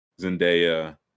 Zendaya